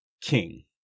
King